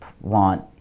want